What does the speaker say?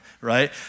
right